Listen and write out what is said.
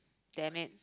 damn it